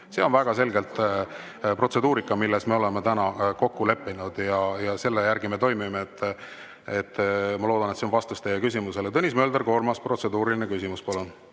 See on väga selgelt protseduurika, milles me oleme kokku leppinud, ja selle järgi me toimime. Ma loodan, et see on vastus teie küsimusele. Tõnis Mölder, kolmas protseduuriline küsimus, palun!